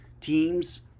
teams